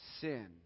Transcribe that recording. sin